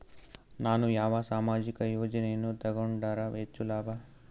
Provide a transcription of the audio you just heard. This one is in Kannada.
ನಾನು ಯಾವ ಸಾಮಾಜಿಕ ಯೋಜನೆಯನ್ನು ತಗೊಂಡರ ಹೆಚ್ಚು ಲಾಭ?